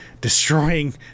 destroying